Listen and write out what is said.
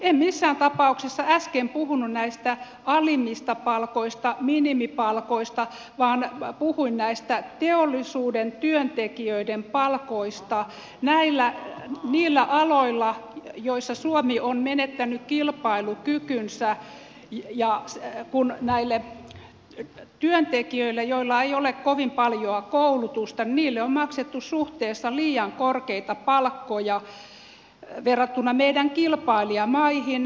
en missään tapauksessa äsken puhunut näistä alimmista palkoista minimipalkoista vaan puhuin näistä teollisuuden työntekijöiden palkoista niillä aloilla joilla suomi on menettänyt kilpailukykynsä kun näille työntekijöille joilla ei ole kovin paljoa koulutusta on maksettu suhteessa liian korkeita palkkoja verrattuna meidän kilpailijamaihimme